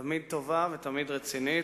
תמיד טובה ותמיד רצינית.